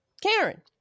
Karen